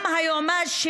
גם היועמ"ש,